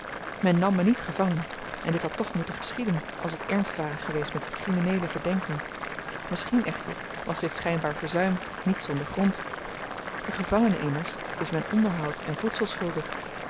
men nam me niet gevangen en dit had toch moeten geschieden als het ernst ware geweest met die krimineele verdenking misschien echter was dit schynbaar verzuim niet zonder grond den gevangene immers is men onderhoud en